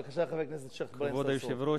בבקשה, חבר הכנסת שיח' אברהים צרצור.